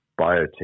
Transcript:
biotech